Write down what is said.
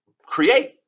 create